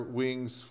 wings